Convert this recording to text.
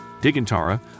Digintara